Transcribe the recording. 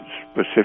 specific